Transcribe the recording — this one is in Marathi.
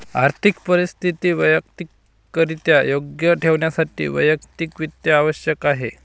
आर्थिक परिस्थिती वैयक्तिकरित्या योग्य ठेवण्यासाठी वैयक्तिक वित्त आवश्यक आहे